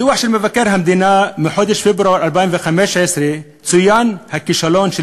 בדוח של מבקר המדינה מחודש פברואר 2015 צוין הכישלון של